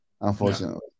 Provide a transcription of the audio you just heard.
unfortunately